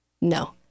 No